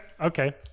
okay